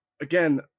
again